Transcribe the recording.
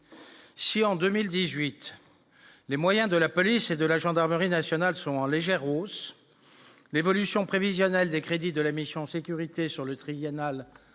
Si en 2018, les moyens de la police et de la gendarmerie nationale sont en légère hausse mais évolution prévisionnelle des crédits de la mission sécurité sur le triennal